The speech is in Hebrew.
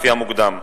לפי המוקדם.